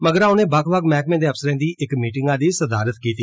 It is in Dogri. मगरा उने बक्ख बक्ख मैह्कमें दे अफसरें दी इक्क मीटिंगा दी सदारत कीती